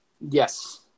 Yes